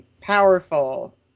Powerful